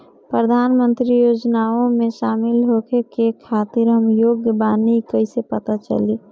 प्रधान मंत्री योजनओं में शामिल होखे के खातिर हम योग्य बानी ई कईसे पता चली?